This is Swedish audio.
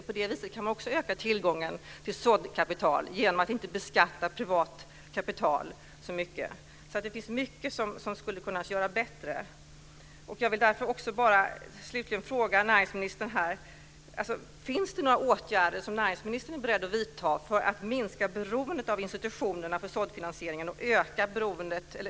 På det viset kan vi också öka tillgången till såddkapital, nämligen genom att inte beskatta privat kapital så mycket. Det finns mycket som skulle kunna göras bättre.